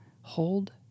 Hold